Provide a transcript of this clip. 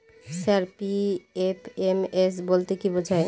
Sir PFMS বলতে কি বোঝায়?